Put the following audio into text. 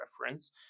reference